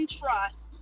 trust